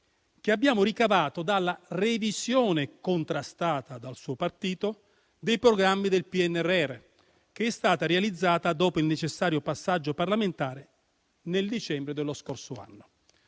che abbiamo ricavato dalla revisione, contrastata dal suo partito, dei programmi del PNRR, che è stata realizzata dopo il necessario passaggio parlamentare nel dicembre dello scorso anno.